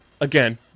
again